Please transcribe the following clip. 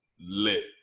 lit